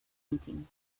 meeting